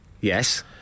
Yes